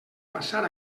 passar